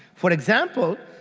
for example,